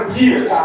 years